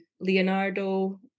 leonardo